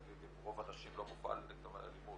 להגיד שרוב הנשים לא מופעל נגדן אלימות,